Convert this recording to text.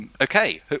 okay